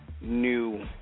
New